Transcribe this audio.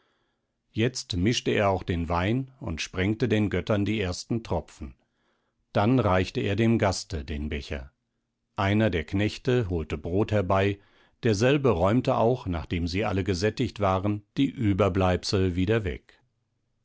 jetzt mischte er auch den wein und sprengte den göttern die ersten tropfen dann reichte er dem gaste den becher einer der knechte holte brot herbei derselbe räumte auch nachdem sie alle gesättigt waren die überbleibsel wieder weg